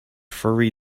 furry